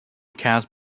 cast